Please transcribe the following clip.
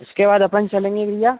उसके बाद अपन चलेंगे भैया